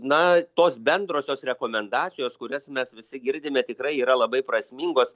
na tos bendrosios rekomendacijos kurias mes visi girdime tikrai yra labai prasmingos